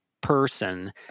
person